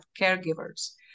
caregivers